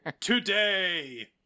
today